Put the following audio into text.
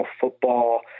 football